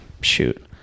shoot